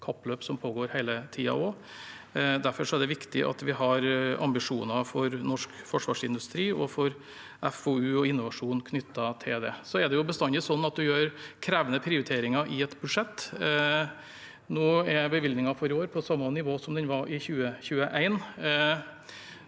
teknologisk kappløp som pågår hele tiden. Derfor er det viktig at vi har ambisjoner for norsk forsvarsindustri og for FoU og innovasjon knyttet til det. Det er bestandig slik at en gjør krevende prioriteringer i et budsjett. Nå er bevilgningen for i år på samme nivå som den var i 2021,